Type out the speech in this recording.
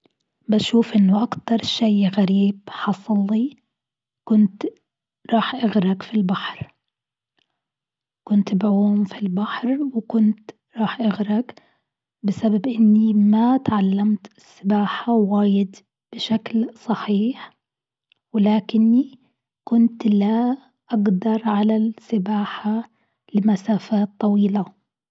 بشوف إنه أكتر شيء غريب حصل لي كنت راح أغرق في البحر، كنت بعوم في البحر وكنت راح أغرق بسبب إني ما تعلمت السباحة واجد بشكل صحيح، ولكني كنت لا أقدر على السباحة لمسافات طويلة.